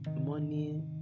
money